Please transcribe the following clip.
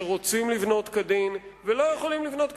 שרוצים לבנות כדין ולא יכולים לבנות כדין.